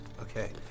Okay